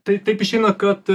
tai taip išeina kad